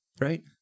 right